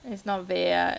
it's not bad